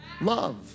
love